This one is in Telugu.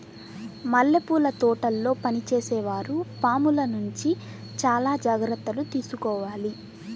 మల్లెపూల తోటల్లో పనిచేసే వారు పాముల నుంచి చాలా జాగ్రత్తలు తీసుకోవాలి